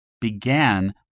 Began